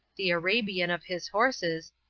the arabian of his horses,